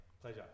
Pleasure